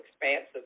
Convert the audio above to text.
expansive